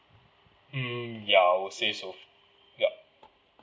mm ya I'll say so yup